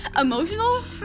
emotional